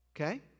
Okay